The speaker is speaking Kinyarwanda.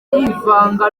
yivanga